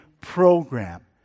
program